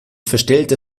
verstellter